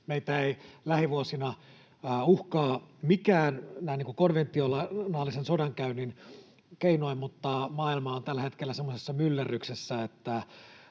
Meitä ei lähivuosina uhkaa mikään, näin niin kuin konventionaalisen sodankäynnin keinoin, mutta maailma on tällä hetkellä semmoisessa myllerryksessä,